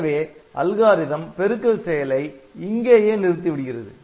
எனவே அல்காரிதம் பெருக்கல் செயலை இங்கேயே நிறுத்தி விடுகிறது